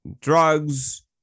drugs